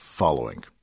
following